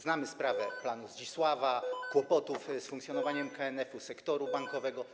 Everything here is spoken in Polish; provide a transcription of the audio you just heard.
Znamy sprawę planu Zdzisława, kłopotów z funkcjonowaniem KNF-u, sektora bankowego.